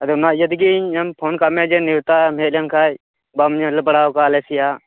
ᱟᱫᱚ ᱱᱚᱣᱟ ᱤᱭᱟᱹ ᱛᱤᱜᱤᱧ ᱮᱢ ᱯᱷᱚᱱ ᱠᱟᱜ ᱢᱮᱭᱟ ᱡᱮ ᱱᱮᱣᱛᱟᱢ ᱦᱮᱡ ᱞᱮᱱ ᱠᱷᱟᱡ ᱵᱟᱢᱧᱮᱞ ᱵᱟᱲᱟᱣᱟᱠᱟᱜ ᱟᱞᱮ ᱥᱮᱭᱟᱜ